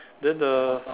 then the